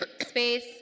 space